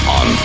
on